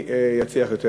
מי יצליח יותר?